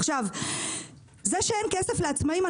זה שאין כסף לעצמאים,